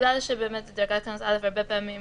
-- בגלל שדרגת קנס א' הרבה פעמים